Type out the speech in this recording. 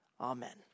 amen